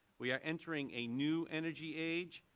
we are entering a new energy age,